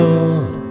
Lord